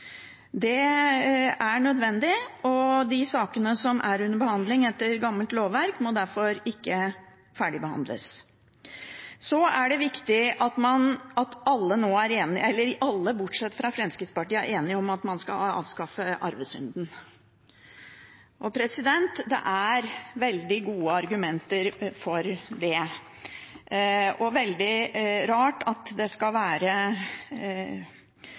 Det er nødvendig, og de sakene som er under behandling etter gammelt lovverk, må derfor ikke ferdigbehandles. Så er det viktig at alle – bortsett fra Fremskrittspartiet – er enige om at man skal avskaffe arvesynden. Det er veldig gode argumenter for det, og veldig rart at det skal være